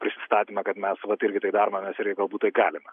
pristatymą kad mes vat irgi tai darome mes irgi galbūt tai galime